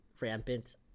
rampant